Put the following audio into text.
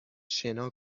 شنا